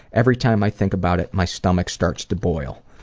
every time i think about it, my stomach starts to boil.